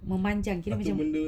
memanjang kita macam